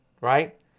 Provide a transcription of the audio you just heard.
right